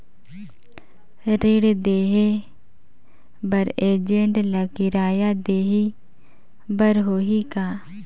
ऋण देहे बर एजेंट ला किराया देही बर होही का?